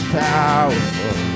powerful